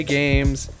games